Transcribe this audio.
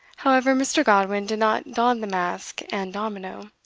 however, mr. godwin did not don the mask and domino.